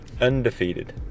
undefeated